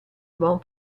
buon